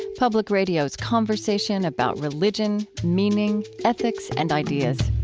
public radio's conversation about religion, meaning, ethics, and ideas.